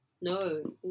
No